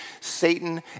Satan